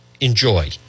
enjoy